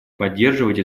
поддерживать